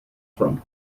from